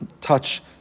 touch